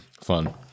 Fun